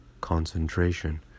Concentration